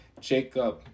Jacob